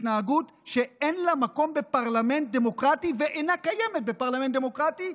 התנהגות שאין לה מקום בפרלמנט דמוקרטי ואינה קיימת בפרלמנט דמוקרטי,